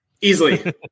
easily